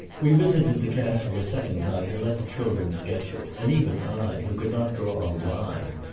we visited the castle a second time, to let the children sketch it and even i, who could not draw a line,